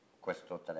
questo